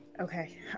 okay